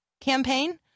campaign